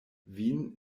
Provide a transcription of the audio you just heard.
vin